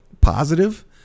positive